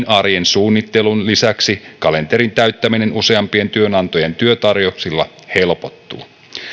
arjen suunnittelun lisäksi kalenterin täyttäminen useampien työnantajien työtarjouksilla helpottuu